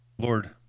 Lord